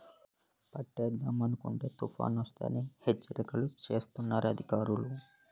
పంటేద్దామనుకుంటే తుపానొస్తదని హెచ్చరికలు సేస్తన్నారు అధికారులు